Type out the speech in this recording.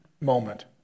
moment